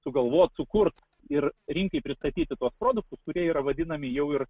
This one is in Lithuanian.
sugalvot sukurt ir rinkai pristatyti tuos produktus kurie yra vadinami jau ir